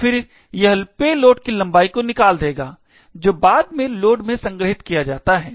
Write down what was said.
तो फिर यह पेलोड की लंबाई को निकाल देगा जो बाद में लोड में संग्रहीत किया जाता है